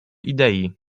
idei